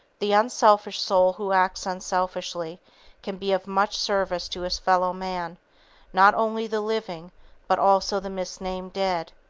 the unselfish soul who acts unselfishly can be of much service to his fellow-man, not only the living but also the misnamed dead,